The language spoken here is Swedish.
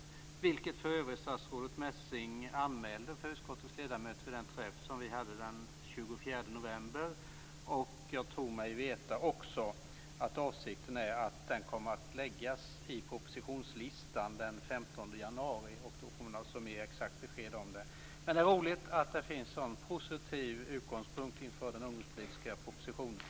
Det anmälde för övrigt statsrådet Messing för utskottets ledamöter vid den träff som vi hade den 24 november. Jag tror mig också veta att avsikten är att den kommer att läggas i propositionslistan den 15 januari. Då får vi alltså mer exakt besked om detta. Det är roligt att det finns en så positiv utgångspunkt inför den ungdomspolitiska propositionen.